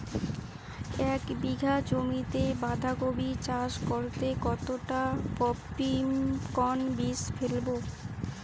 এক বিঘা জমিতে বাধাকপি চাষ করতে কতটা পপ্রীমকন বীজ ফেলবো?